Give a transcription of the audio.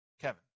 Kevin